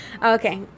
Okay